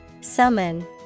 Summon